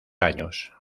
años